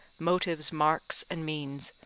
motives, marks, and means,